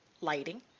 lighting